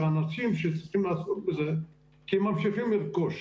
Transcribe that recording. אנשים שצריכים לעסוק בזה כי הם ממשיכים לרכוש,